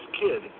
kid